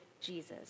Jesus